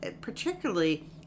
particularly